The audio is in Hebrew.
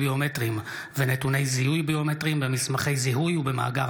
ביומטריים ונתוני זיהוי ביומטריים במסמכי זיהוי ובמאגר